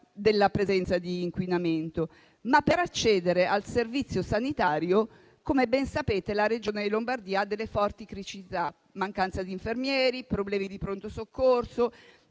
della presenza di inquinamento; tuttavia, per accedere al servizio sanitario - come ben sapete - la Regione Lombardia ha delle forti criticità: mancanza di infermieri, problemi di pronto soccorso,